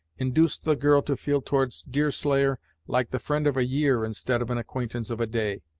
induced the girl to feel towards deerslayer like the friend of a year instead of an acquaintance of a day,